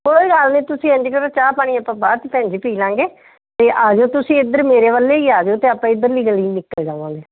ਕੋਈ ਗੱਲ ਨਹੀਂ ਤੁਸੀਂ ਇੰਝ ਕਰੋ ਚਾਹ ਪਾਣੀ ਆਪਾਂ ਬਾਅਦ 'ਚ ਭੈਣਜੀ ਪੀ ਲਵਾਂਗੇ ਅਤੇ ਆ ਜਾਇਓ ਤੁਸੀਂ ਇਧਰ ਮੇਰੇ ਵੱਲੇ ਹੀ ਆ ਜਾਇਓ ਅਤੇ ਆਪਾਂ ਇਧਰਲੀ ਗਲੀ ਨਿਕਲ ਜਾਵਾਂਗੇ